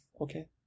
okay